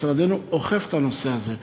משרדנו אוכף את הנושא הזה.